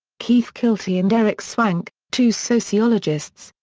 keith kilty and eric swank, two sociologists,